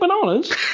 bananas